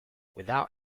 without